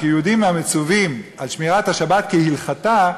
כיהודים המצווים על שמירת השבת כהלכתה,